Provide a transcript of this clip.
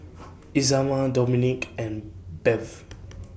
Isamar Domonique and Bev